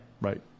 Right